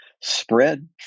spread